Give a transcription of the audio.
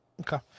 Okay